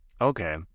okay